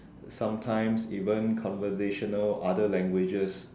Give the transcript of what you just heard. sometimes even conversational other languages